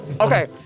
Okay